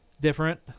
different